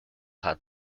had